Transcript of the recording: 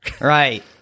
Right